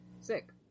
Sick